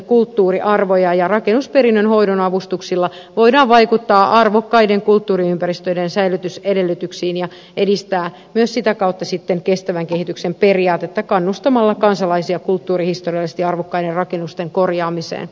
rakennusperinnön hoidon avustuksilla voidaan vaikuttaa arvokkaiden kulttuuriympäristöjen säilytysedellytyksiin ja edistää myös sitä kautta kestävän kehityksen periaatetta kannustamalla kansalaisia kulttuurihistoriallisesti arvokkaiden rakennusten korjaamiseen